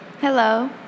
hello